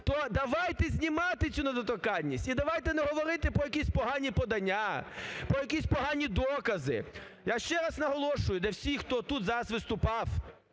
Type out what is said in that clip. то давайте знімати цю недоторканність і давайте не говорити про якісь погані подання, про якісь погані докази. Я ще раз наголошую для всіх, хто тут зараз виступав: